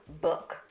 book